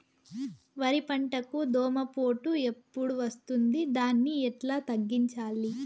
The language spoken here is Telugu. వరి పంటకు దోమపోటు ఎప్పుడు వస్తుంది దాన్ని ఎట్లా తగ్గించాలి?